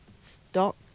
stock